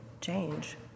change